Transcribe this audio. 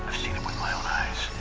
with my own eyes.